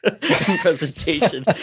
presentation